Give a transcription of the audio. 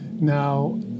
Now